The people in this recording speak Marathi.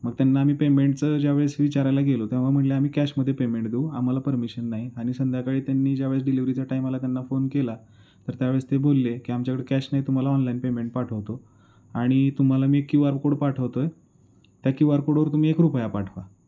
मग त्यांना आम्ही पेमेंटचं ज्यावेळेस विचारायला गेलो तेव्हा म्हणाले आम्ही कॅशमध्ये पेमेंट देऊ आम्हाला परमिशन नाही आणि संध्याकाळी त्यांनी ज्यावेळेस डिलीवरीचा टाईमाला त्यांना फोन केला तर त्यावेळेस ते बोलले की आमच्याकडं कॅश नाही तुम्हाला ऑनलाईन पेमेंट पाठवतो आणि तुम्हाला मी क्यू आर कोड पाठवतो आहे त्या क्यू आर कोडवर तुम्ही एक रुपया पाठवा